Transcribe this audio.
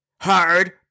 Hard